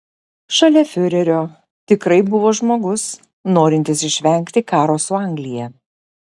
šalia fiurerio tikrai buvo žmogus norintis išvengti karo su anglija